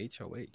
Hoh